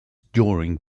during